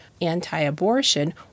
anti-abortion